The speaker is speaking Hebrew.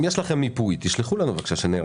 אם יש לכם מיפוי, תשלחו לנו בבקשה כדי שנראה.